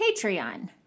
Patreon